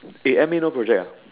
A_M a no project